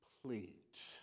complete